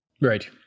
Right